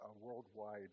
worldwide